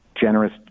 generous